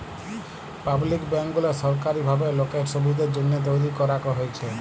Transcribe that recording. public bank গুলা সরকারি ভাবে লোকের সুবিধের জন্যহে তৈরী করাক হয়েছে